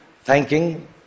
thanking